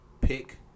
pick